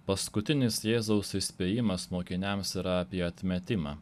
paskutinis jėzaus įspėjimas mokiniams yra apie atmetimą